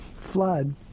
flood